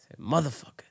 Motherfucker